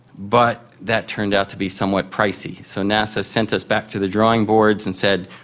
but that turned out to be somewhat pricey, so nasa sent us back to the drawing boards and said,